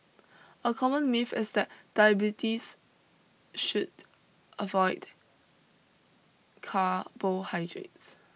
a common myth is that diabetes should avoid carbohydrates